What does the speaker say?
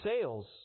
sales